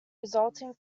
resulting